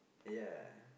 ya